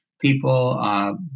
people